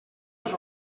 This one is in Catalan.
les